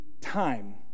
time